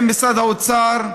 עם משרד האוצר.